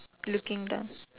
looking down